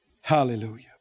Hallelujah